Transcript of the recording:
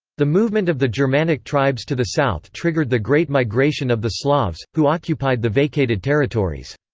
the movement of the germanic tribes to the south triggered the great migration of the slavs, who occupied the vacated territories.